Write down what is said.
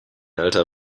alter